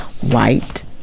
White